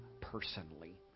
personally